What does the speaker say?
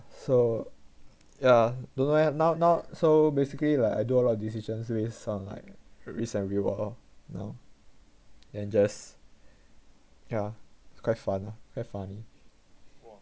so yeah don't know eh now now so basically like I do a lot of decisions risk on like risk and reward lor know and just yeah quite fun lah quite funny